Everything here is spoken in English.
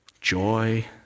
joy